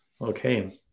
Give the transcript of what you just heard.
okay